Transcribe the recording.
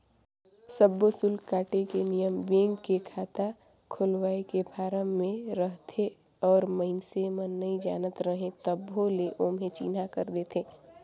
सब्बो सुल्क काटे के नियम बेंक के खाता खोलवाए के फारम मे रहथे और मइसने मन नइ जानत रहें तभो ले ओम्हे चिन्हा कर देथे